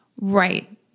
Right